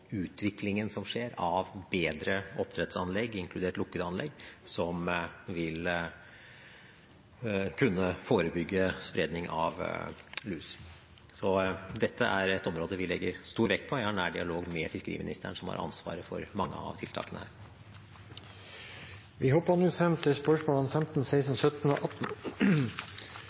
utviklingen som skjer av bedre oppdrettsanlegg, inkludert lukkede anlegg, som vil kunne forebygge spredning av lus. Så dette er et område vi legger stor vekt på, og jeg har nær dialog med fiskeriministeren, som har ansvaret for mange av tiltakene. Vi går nå frem til spørsmål 15.